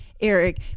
Eric